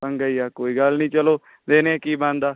ਪੰਗਾ ਹੀ ਆ ਕੋਈ ਗੱਲ ਨਹੀਂ ਚਲੋ ਵੇਖਦੇ ਹਾਂ ਕੀ ਬਣਦਾ